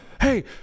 Hey